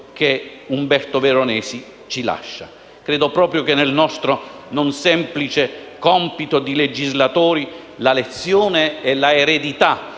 che Umberto Veronesi ci lascia. Credo proprio che, nel nostro non semplice compito di legislatori, la lezione e l'eredità